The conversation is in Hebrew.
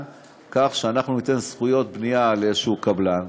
בכך שאנחנו ניתן זכויות בנייה לאיזה קבלן,